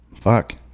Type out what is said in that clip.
fuck